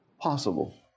possible